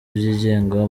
byigenga